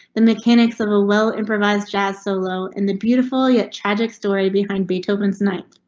the mechanics of a well improvised jazz solo in the beautiful yet tragic story behind beethoven's night.